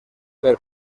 per